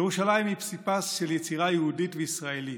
ירושלים היא פסיפס של יצירה יהודית וישראלית.